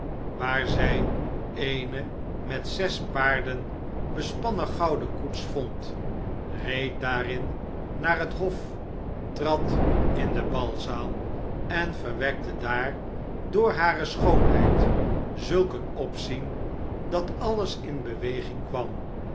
waar zij eene met zes paarden bespannen gouden koets vond reed daarin naar het hof trad in de balzaal en verwekte daar door hare schoonheid zulk een opzien dat alles in beweging kwam